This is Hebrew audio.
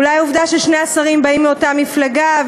אולי העובדה ששני השרים באים מאותה מפלגה,